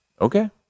Okay